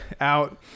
out